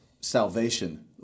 salvation